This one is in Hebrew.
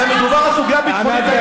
הרי מדובר על סוגיה ביטחונית.